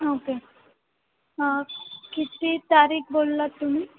okay किती तारीख बोललात तुम्ही